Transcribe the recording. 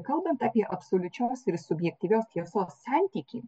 kalbant apie absoliučios ir subjektyvios tiesos santykį